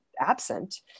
absent